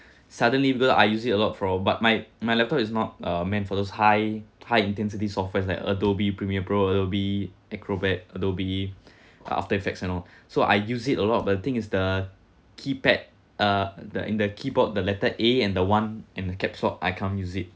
suddenly because I use it a lot for all but my my laptop is not uh meant for those high high intensity software like adobe premiere pro adobe acrobat adobe uh after effects and all so I use it a lot but the thing is the keypad uh the in the keyboard the letter a and the one and caps lock I can't use it